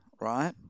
right